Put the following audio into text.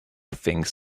things